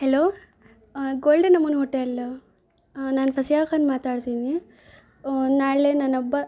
hello golden moon hotel ನಾನು ಫಸಿಯಾ ಖಾನ್ ಮಾತಾಡ್ತೀನಿ ನಾಳೆ ನನ್ನಬ್ಬ